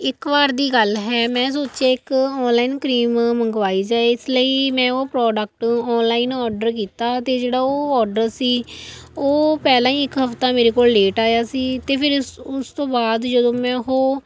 ਇੱਕ ਵਾਰ ਦੀ ਗੱਲ ਹੈ ਮੈਂ ਸੋਚਿਆ ਇੱਕ ਔਨਲਾਈਨ ਕਰੀਮ ਮੰਗਵਾਈ ਜਾਵੇ ਇਸ ਲਈ ਮੈਂ ਉਹ ਪ੍ਰੋਡਕਟ ਔਨਲਾਈਨ ਔਡਰ ਕੀਤਾ ਅਤੇ ਜਿਹੜਾ ਉਹ ਔਡਰ ਸੀ ਉਹ ਪਹਿਲਾਂ ਹੀ ਇੱਕ ਹਫ਼ਤਾ ਮੇਰੇ ਕੋਲ ਲੇਟ ਆਇਆ ਸੀ ਅਤੇ ਫਿਰ ਉਸ ਉਸ ਤੋਂ ਬਾਅਦ ਜਦੋਂ ਮੈਂ ਉਹ